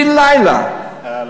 בן לילה.